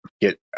get